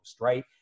right